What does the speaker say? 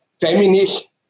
feminist